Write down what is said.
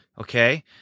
Okay